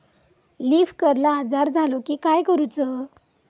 Leaf curl आजार झालो की काय करूच?